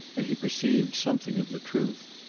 and he perceived something of the truth.